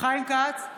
חיים כץ,